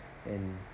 and